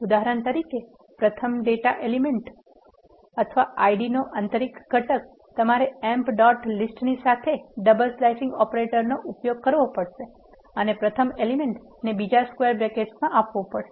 ઉદાહરણ તરીકે પ્રથમ પેટા એલિમેન્ટ અથવા ID નો આંતરિક ઘટક તમારે એમ્પ ડોટ લીસ્ટ ની સાથે ડબલ સ્લિસીંગ ઓપરેટર નો ઉપયોગ કરવો પડશે અને પ્રથમ એલિમેન્ટ ને બીજા સ્ક્વેર બ્રેકેત્સ માં આપવો પડશે